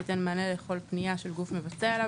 ייתן מענה לכל פנייה של גוף מבצע אליו,